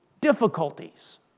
difficulties